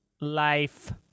Life